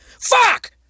Fuck